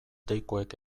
deikoek